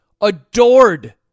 Adored